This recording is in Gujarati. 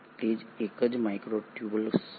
તે જ એક માઇક્રોટ્યૂબ્યુલ છે